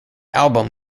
album